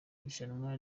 irushanwa